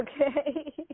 okay